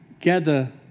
gather